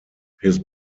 his